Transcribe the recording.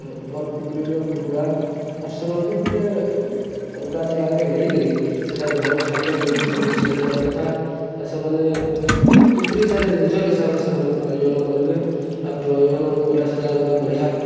ଭଲ୍ ବ୍ରିଡ଼ର କୁକୁଡ଼ା ଆର୍ ସେମାନଙ୍କୁ ଗୋଟେ ଅଲଗା ଜାଗକେ ନେଇକିରି ସେଠାରେ ଭଲ୍ ଖାଦ୍ୟ ଦେଇକିରି ସେମାନଙ୍କୁ ଛାଡ଼ିଦେବାର କଥା ଆଉ ସେମାନେ ପ୍ରକୃତିର ନିଜର ହିସାବରେ ସେମାନେ ପ୍ରଜନନ କରିବେ ଆର୍ ପ୍ରଜନନ କଲେ ସେଟା ଗୋଟେ ବଢ଼ିଆ